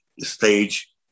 stage